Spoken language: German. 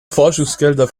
forschungsgelder